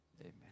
amen